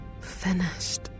finished